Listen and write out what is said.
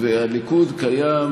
והליכוד קיים,